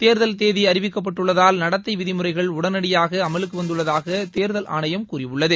தேர்தல் தேதி அறிவிக்கப்பட்டுள்ளதால் நடத்தை நெறிமுறைகள் உடனடியாக அமலுக்கு வந்துள்ளதாக தேர்தல் ஆணையம் கூறியுள்ளது